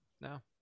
no